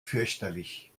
fürchterlich